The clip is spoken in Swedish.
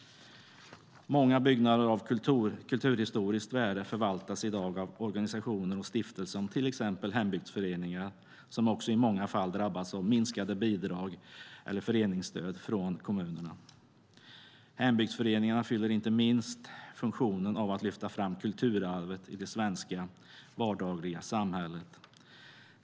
Många byggnader av kulturhistoriskt värde förvaltas i dag av organisationer och stiftelser, till exempel hembygdsföreningar, som också i många fall drabbats av minskade bidrag eller föreningsstöd från kommunerna. Hembygdsföreningarna fyller inte minst funktionen av att lyfta fram kulturarvet i det svenska samhället i vardagen.